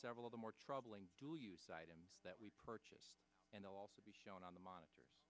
several of the more troubling dual use items that we purchase and also be shown on the monitors